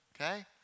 okay